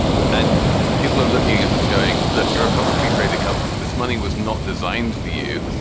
and people are looking at them going. look, you're a publicly traded company. this money was not designed for you.